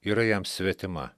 yra jam svetima